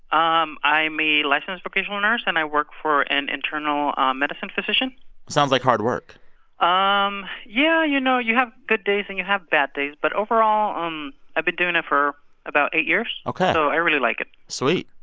um i'm a licensed vocational nurse. and i work for an internal um medicine physician sounds like hard work um yeah, you know, you have good days, and you have bad days. but overall, i've um ah been doing it for about eight years ok so i really like it sweet,